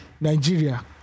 Nigeria